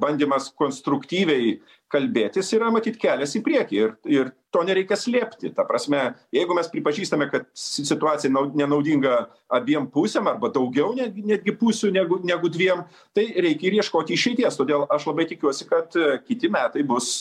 bandymas konstruktyviai kalbėtis yra matyt kelias į priekį ir ir to nereikia slėpti ta prasme jeigu mes pripažįstame kad situacija nenaudinga abiem pusėm arba daugiau netgi netgi pusių negu negu dviem tai reikia ir ieškoti išeities todėl aš labai tikiuosi kad kiti metai bus